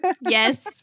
Yes